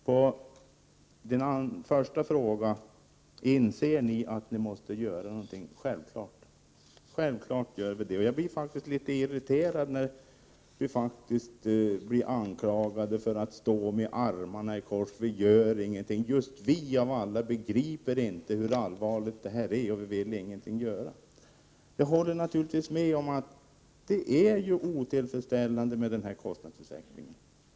På den första frågan, om vi inser att vi måste göra någonting, är svaret: Självfallet gör vi det. Jag blir faktiskt litet irriterad när vi blir anklagade att stå med armarna i kors och inte göra någonting. Just vi av alla begriper inte hur allvarligt det här är och vill ingenting göra. Jag håller naturligtvismed om att det är otillfredsställande med kostnadsutvecklingen.